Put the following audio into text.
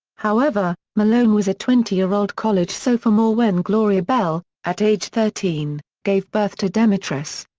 however, malone was a twenty year old college sophomore when gloria bell, at age thirteen, gave birth to demetress.